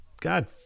God